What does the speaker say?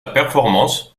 performance